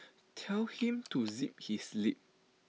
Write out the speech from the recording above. tell him to zip his lip